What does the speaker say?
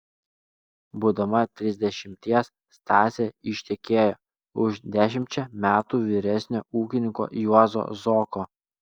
būdama trisdešimties stasė ištekėjo už dešimčia metų vyresnio ūkininko juozo zoko